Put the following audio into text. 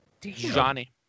Johnny